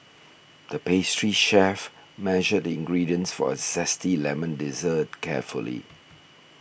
the pastry chef measured the ingredients for a Zesty Lemon Dessert carefully